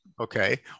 Okay